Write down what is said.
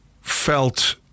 felt